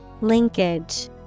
Linkage